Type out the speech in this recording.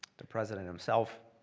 the president himself